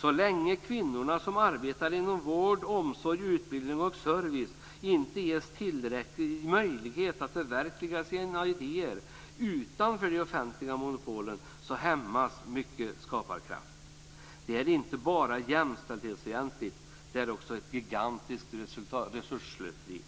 Så länge kvinnor som arbetar inom vård, omsorg, utbildning och service inte ges tillräckliga möjligheter att förverkliga sina idéer utanför de offentliga monopolen hämmas mycket skaparkraft. Det är inte bara jämställdhetsfientligt, det är också ett gigantiskt resursslöseri.